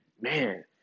man